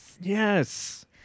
Yes